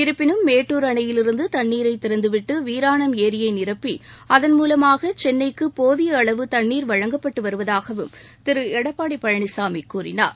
இருப்பினும் மேட்டூர் அணையிலிருந்து தண்ணீரை திறந்துவிட்டு வீராணம் ஏரியை நிரப்பி அதன்மூலமாக சென்னைக்கு போதிய அளவு தண்ணீர் வழங்கப்பட்டு வருவதாகவும் திரு எடப்பாடி பழனிசாமி கூறினார்